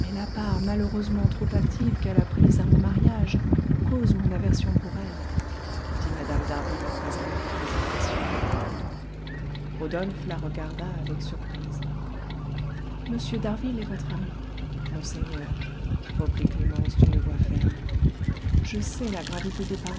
la part malheureusement trop active qu'elle a prise à mon mariage causent mon aversion pour elle dit mme d'harville après un moment d'hésitation rodolphe la regarda avec surprise m d'harville est votre ami monseigneur reprit clémence d'une voix ferme je sais la gravité des